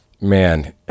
man